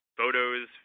photos